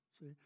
see